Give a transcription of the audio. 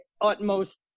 utmost